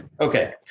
okay